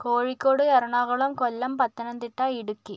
Kozhikode Ernakulam Kollam Pathanamthitta Idukki